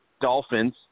Dolphins